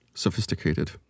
sophisticated